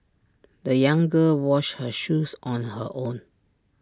the young girl washed her shoes on her own